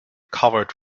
covered